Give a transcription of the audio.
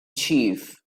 chief